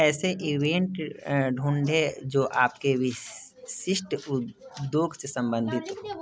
ऐसे इवेंट ढूँढें जो आपके विशिष्ट उद्योग से संबंधित हो